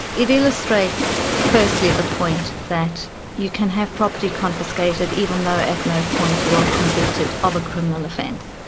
it illustrates firstly the point that you can have property confiscated even though at no point you are convicted of a criminal offence.